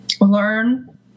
learn